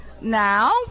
Now